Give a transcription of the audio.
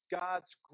God's